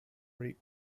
route